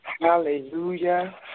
Hallelujah